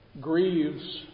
grieves